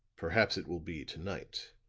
perhaps it will be to-night